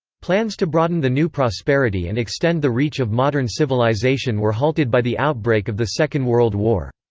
plans to broaden the new prosperity and extend the reach of modern civilization were halted by the outbreak of the second world war.